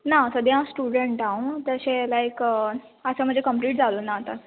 ना सद्या स्टुडंट हांव तशें लायक आतां म्हजे कमप्लीट जावूं ना आतां